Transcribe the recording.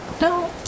No